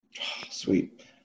Sweet